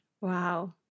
Wow